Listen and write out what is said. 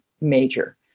major